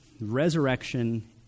Resurrection